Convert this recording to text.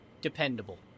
dependable